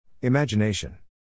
Imagination